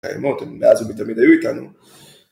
‫האמות, הם מאז ומתמיד אהיו איתנו.